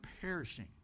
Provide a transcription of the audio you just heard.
perishing